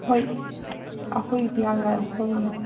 ꯍꯣꯏ ꯑꯩꯈꯣꯏꯒꯤꯗꯤ ꯌꯥꯝ ꯂꯥꯏꯕꯛ ꯐꯕꯅꯤ